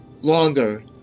longer